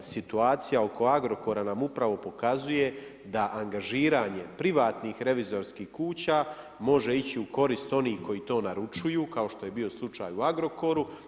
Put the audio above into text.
I situacija oko Agrokora nam upravo pokazuje da angažiranje privatnih revizorskih kuća može ići u korist oni koji to naručuju, kao što je bio slučaj u Agrokoru.